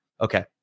Okay